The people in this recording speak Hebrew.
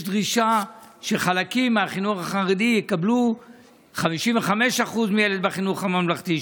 יש דרישה שחלקים מהחינוך החרדי יקבלו 55% מילד בחינוך הממלכתי,